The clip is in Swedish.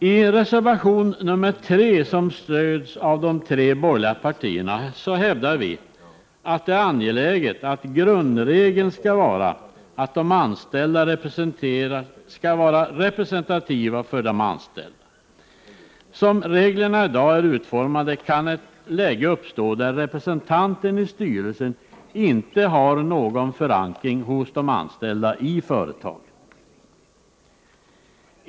I reservation nr 3, som stöds av de tre borgerliga partierna, hävdar vi reservanter att det skall vara en grundregel att de anställdas representanter är representativa för de anställda. Som reglerna i dag är utformade kan ett läge uppstå där representanten i styrelsen inte har någon förankring hos de anställda i företaget.